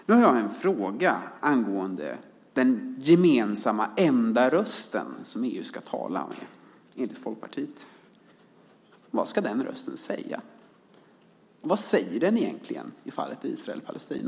Nu har jag en fråga angående den gemensamma enda rösten som EU ska tala med enligt Folkpartiet. Vad ska den rösten säga? Vad säger den egentligen i fallet med Israel och Palestina?